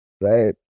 Right